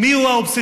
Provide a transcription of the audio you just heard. מי יוביל